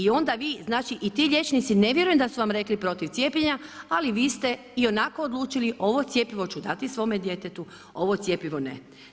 Znači i ti liječnici, ne vjerujem da su vam rekli protiv cijepljenja ali vi ste ionako odlučili ovo cjepivo ću dati svome djetetu, ovo cjepivo ne.